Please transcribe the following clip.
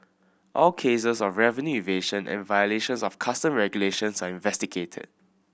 all cases of revenue evasion and violations of Custom regulations are investigated